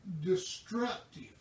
destructive